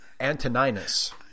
Antoninus